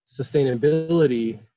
sustainability